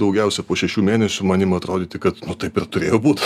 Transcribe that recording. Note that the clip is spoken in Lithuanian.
daugiausia po šešių mėnesių man ima atrodyti kad nu taip ir turėjo būt